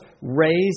raised